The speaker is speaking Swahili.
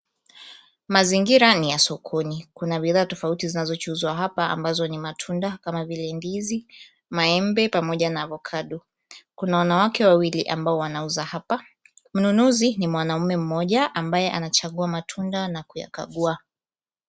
Mazingira ni ya sokoni. Kuna bidhaa tofauti zinazochuzwa hapa ambazo ni matunda, kama vile ndizi, maembe, pamoja na avokado . Kuna wanawake wawili ambao wanauza hapa. Mnunuzi ni mwanaume mmoja ambaye anachagua matunda na kuyakagua.